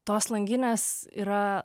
tos langinės yra